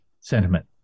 sentiment